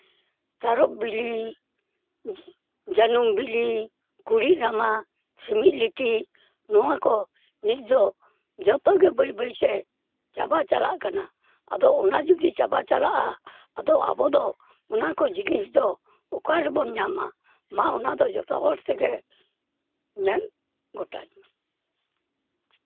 ᱛᱟᱨᱚᱯ ᱵᱤᱞᱤ ᱡᱟᱹᱱᱩᱢ ᱵᱤᱞᱤ ᱠᱩᱬᱤᱫ ᱨᱟᱢᱟ ᱪᱷᱤᱱᱤ ᱞᱤᱴᱤᱡ ᱱᱚᱣᱟ ᱠᱚ ᱱᱤᱛ ᱫᱚ ᱡᱚᱛᱚ ᱜᱮ ᱵᱟᱹᱭ ᱵᱟᱹᱭ ᱛᱮ ᱪᱟᱵᱟ ᱪᱟᱞᱟᱜ ᱠᱟᱱᱟ ᱟᱫᱚ ᱚᱱᱟ ᱡᱩᱫᱤ ᱪᱟᱵᱟ ᱪᱟᱞᱟᱜᱼᱟ ᱟᱫᱚ ᱟᱵᱚ ᱫᱚ ᱚᱱᱟ ᱠᱚ ᱡᱤᱱᱤᱥ ᱫᱚ ᱚᱠᱟᱨᱮᱵᱚᱱ ᱧᱟᱢᱟ ᱢᱟ ᱚᱱᱟ ᱫᱚ ᱡᱚᱛᱚ ᱦᱚᱲ ᱛᱮᱜᱮ ᱧᱮᱞ ᱜᱚᱴᱟᱭ ᱢᱟ